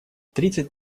тридцать